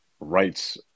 rights